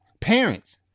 Parents